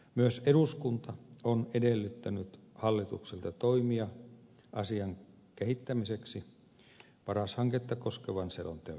myös eduskunta on edellyttänyt hallitukselta toimia asian kehittämiseksi paras hanketta koskevan selonteon yhteydessä